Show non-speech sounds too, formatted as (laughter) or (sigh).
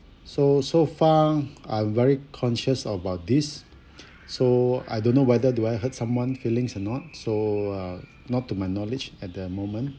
so so far I very conscious about this (breath) so I don't know whether do I hurt someone feelings or not so uh not to my knowledge at the moment